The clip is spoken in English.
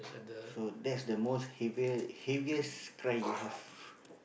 so that's the most heavier heaviest cry you have